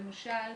למשל,